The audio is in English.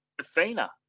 Athena